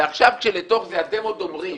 ועכשיו כשלתוך זה אתם עוד אומרים